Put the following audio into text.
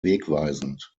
wegweisend